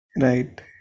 Right